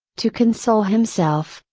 to console himself,